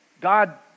God